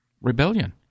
Rebellion